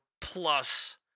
plus